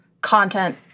content